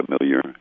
familiar